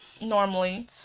normally